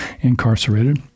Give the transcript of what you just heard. incarcerated